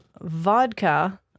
vodka